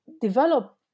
develop